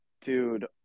Dude